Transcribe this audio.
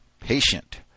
patient